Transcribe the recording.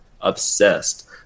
obsessed